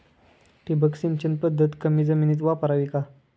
ठिबक सिंचन पद्धत कमी जमिनीत वापरावी का?